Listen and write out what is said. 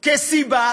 כסיבה